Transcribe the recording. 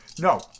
No